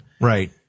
Right